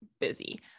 busy